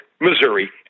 Missouri